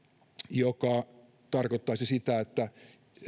joka tarkoittaisi sitä että